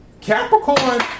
Capricorn